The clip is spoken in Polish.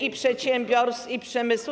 i przedsiębiorstw, i przemysłu.